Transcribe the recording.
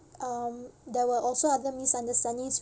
um there were also other misunderstandings